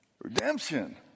Redemption